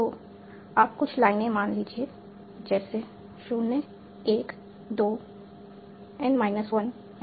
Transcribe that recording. तो आप कुछ लाइने मान लीजिए जैसे 0 1 2 n minus 1 n